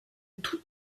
tout